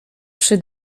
przy